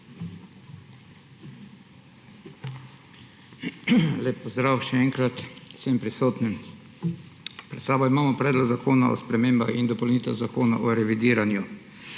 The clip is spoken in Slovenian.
Lep pozdrav še enkrat vsem prisotnim! Pred sabo imamo Predlog zakona o spremembah in dopolnitvah Zakona o revidiranju.